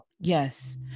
Yes